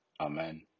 amen